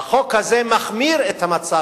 והחוק הזה מחמיר את המצב.